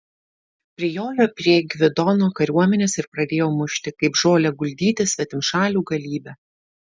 prijojo prie gvidono kariuomenės ir pradėjo mušti kaip žolę guldyti svetimšalių galybę